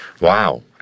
Wow